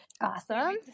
awesome